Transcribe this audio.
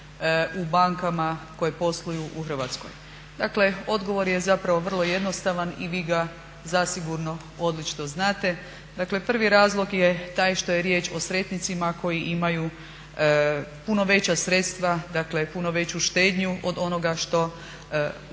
u bankama koje posluju u Hrvatskoj. Dakle, odgovor je zapravo vrlo jednostavan i vi ga zasigurno odlično znate, dakle prvi razlog je taj što je riječ o sretnicima koji imaju puno veća sredstva, dakle puno veću štednju od onoga što